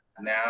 now